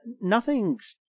nothing's